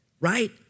right